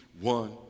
one